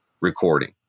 recording